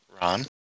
ron